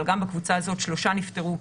אבל גם בקבוצה הזאת שלושה נפטרו,